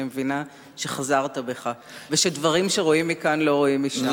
אני מבינה שחזרת בך ושדברים שרואים מכאן לא רואים משם.